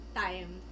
time